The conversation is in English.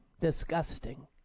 disgusting